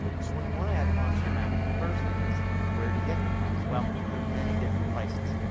so when you want to add fonts to your mac the first thing is where do you get the fonts. well, there are many different places.